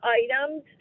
items